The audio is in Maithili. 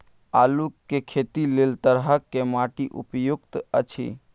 आलू के खेती लेल के तरह के माटी उपयुक्त अछि?